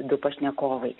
du pašnekovai